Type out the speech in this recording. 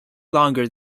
longer